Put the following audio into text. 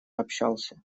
общался